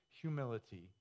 humility